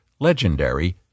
legendary